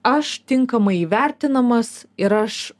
aš tinkamai įvertinamas ir aš